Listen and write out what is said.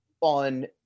On